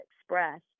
expressed